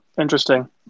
Interesting